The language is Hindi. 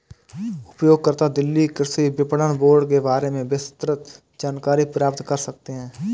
उपयोगकर्ता दिल्ली कृषि विपणन बोर्ड के बारे में विस्तृत जानकारी प्राप्त कर सकते है